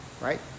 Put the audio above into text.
right